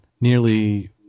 nearly